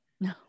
no